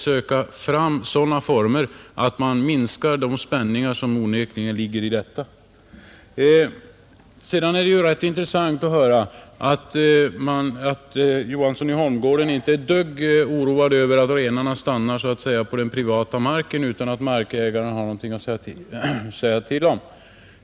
Det är nödvändigt att minska dessa spänningar. Sedan är det rätt intressant att höra att herr Johansson i Holmgården inte är ett dugg intresserad av att renarna stannar på privat mark utan att markägaren har någonting att säga till om.